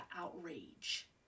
outrage